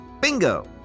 Bingo